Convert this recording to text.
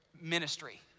ministry